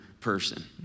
person